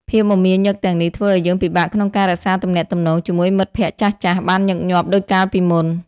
ភាពមមាញឹកទាំងនេះធ្វើឱ្យយើងពិបាកក្នុងការរក្សាទំនាក់ទំនងជាមួយមិត្តភក្តិចាស់ៗបានញឹកញាប់ដូចកាលពីមុន។